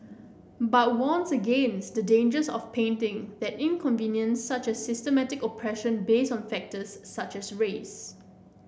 but warns against the dangers of painting that inconvenience such as systemic oppression based on factors such as race